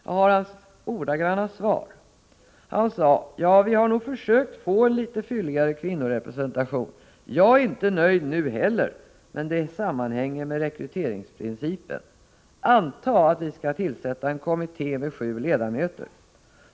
Jag har hans ordagranna svar: ”Ja, vi har nog försökt få en lite fylligare kvinnorepresentation. Jag är inte nöjd nu heller, men det sammanhänger med rekryteringsprincipen. Antag att vi skall tillsätta en kommitté med 7 ledamöter.